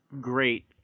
great